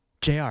Jr